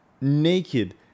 Naked